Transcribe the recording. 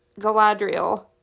Galadriel